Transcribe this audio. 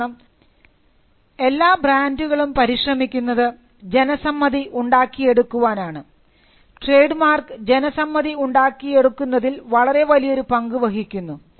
കാരണം എല്ലാ ബ്രാൻഡുകളും പരിശ്രമിക്കുന്നത് ജനസമ്മതി ഉണ്ടാക്കിയെടുക്കുവാൻ ആണ് ട്രേഡ് മാർക്ക് ജനസമ്മതി ഉണ്ടാക്കിയെടുക്കുന്നതിൽ വളരെ വലിയൊരു പങ്കു വഹിക്കുന്നു